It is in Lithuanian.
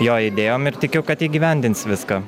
jo idėjom ir tikiu kad įgyvendins viską